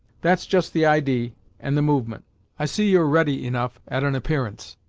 that's just the idee and the movement i see you're ready enough at an appearance,